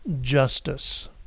justice